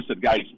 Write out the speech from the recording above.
guys